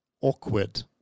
awkward